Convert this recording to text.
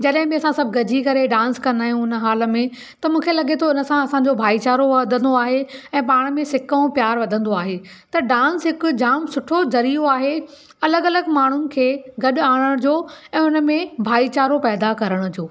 जॾहिं बि असां सभु गॾिजी करे डांस कंदा आहियूं हुन हॉल में त मूंखे लॻे थो हुन सां असांजो भाईचारो वधंदो आहे ऐं पाण में सिक ऐं प्यार वधंदो आहे त डांस हिकु जाम सुठो ज़रिओ आहे अलॻि अलॻि माण्हुनि खे गॾु आणण जो ऐं हुन में भाईचारो पैदा करण जो